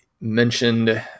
mentioned